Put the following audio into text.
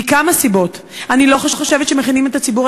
מכמה סיבות: אני לא חושבת שמכינים את הציבור